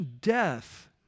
Death